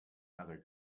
other